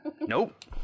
nope